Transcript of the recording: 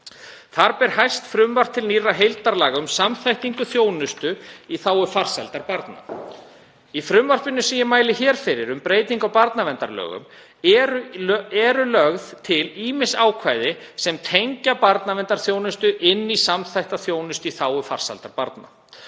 Þar ber hæst frumvarp til nýrra heildarlaga um samþættingu þjónustu í þágu farsældar barna. Í frumvarpinu sem ég mæli hér fyrir um breytingu á barnaverndarlögum eru lögð til ýmis ákvæði sem tengja barnaverndarþjónustu inn í samþætta þjónustu í þágu farsældar barna.